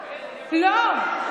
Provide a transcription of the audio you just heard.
לא.